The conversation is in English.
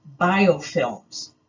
biofilms